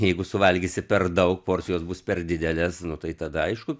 jeigu suvalgysi per daug porcijos bus per dideles nu tai tada aišku